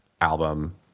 album